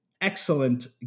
excellent